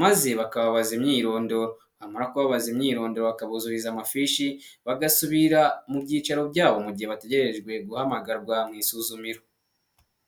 maze bakababaza imyirondoro. Bamara kubabaza imyirondoro, bakabuzuriza amafishi, bagasubira mu byicaro byabo, mu gihe bategerejwe guhamagarwa mu isuzumiro.